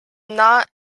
not